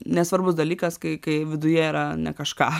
nesvarbus dalykas kai kai viduje yra ne kažką